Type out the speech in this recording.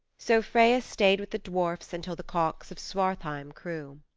so freya stayed with the dwarfs until the cocks of svartheim crew.